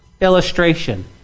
illustration